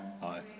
Hi